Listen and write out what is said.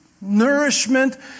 nourishment